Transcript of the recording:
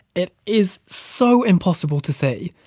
it is so impossible to say.